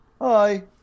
Hi